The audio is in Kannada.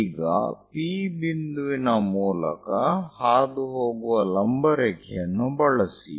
ಈಗ P ಬಿಂದುವಿನ ಮೂಲಕ ಹಾದುಹೋಗುವ ಲಂಬ ರೇಖೆಯನ್ನು ಬಳಸಿ